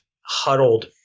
huddled